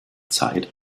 zeit